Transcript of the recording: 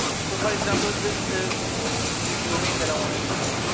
so, for example, this is the domain that i want to explore,